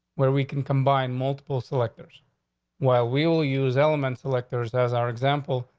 where we can combine multiple selectors while we will use element selectors as our example,